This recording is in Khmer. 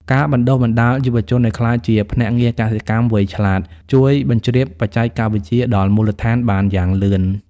ការបណ្ដុះបណ្ដាលយុវជនឱ្យក្លាយជា "ភ្នាក់ងារកសិកម្មវៃឆ្លាត" ជួយបញ្ជ្រាបបច្ចេកវិទ្យាដល់មូលដ្ឋានបានយ៉ាងលឿន។